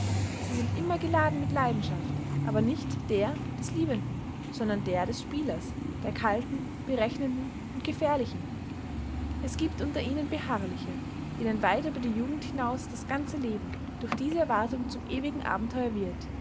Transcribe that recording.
sie sind immer geladen mit leidenschaft aber nicht der des liebenden sondern der des spielers der kalten berechnenden und gefährlichen es gibt unter ihnen beharrliche denen weit über die jugend hinaus das ganze leben durch diese erwartung zum ewigen abenteuer wird